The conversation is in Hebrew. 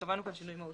קבענו כאן שינוי מהותי.